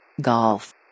Golf